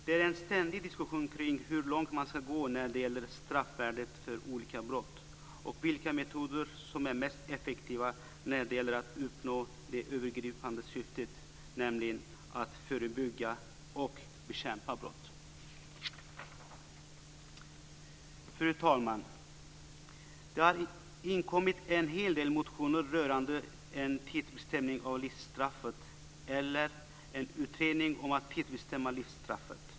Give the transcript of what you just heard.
Det är en ständig diskussion kring hur långt man ska gå när det gäller straffvärdet för olika brott och vilka metoder som är mest effektiva när det gäller att uppnå det övergripande syftet, nämligen att förebygga och bekämpa brott. Fru talman! Det har inkommit en hel del motioner rörande en tidsbestämning av livstidsstraffet eller en utredning om att tidsbestämma livstidsstraffet.